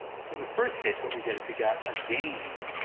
so in the first case, what we get is we got a gain.